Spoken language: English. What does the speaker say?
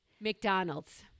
McDonald's